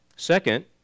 Second